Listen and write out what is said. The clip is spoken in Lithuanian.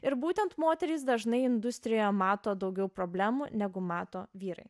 ir būtent moterys dažnai industrijoje mato daugiau problemų negu mato vyrai